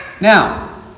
Now